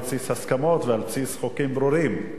בסיס הסכמות ועל בסיס חוקים ברורים.